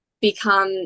become